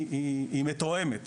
היא מתואמת.